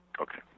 Okay